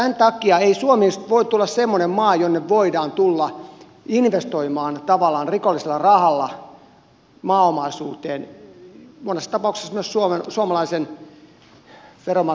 tämän takia ei suomesta voi tulla semmoista maata jonne voidaan tulla investoimaan tavallaan rikollisella rahalla maaomaisuuteen monessa tapauksessa myös suomalaisen veronmaksajan vahingoksi